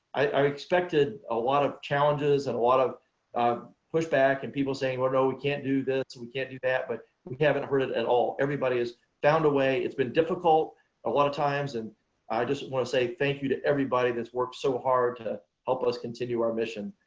i expected a lot of challenges and a lot of pushback and people saying, oh no we can't do this, we can't do that, but we haven't heard it at all everybody has found a way. it's been difficult a lot of times and i just want to say thank you to everybody that's worked so hard to help us continue our mission.